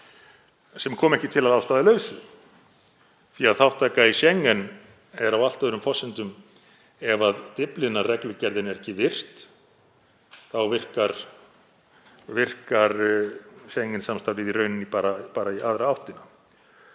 sem kom ekki til að ástæðulausu því að þátttaka í Schengen er á allt öðrum forsendum. Ef Dyflinnar-reglugerðin er ekki virt þá virkar Schengen-samstarfið í raun bara í aðra áttina.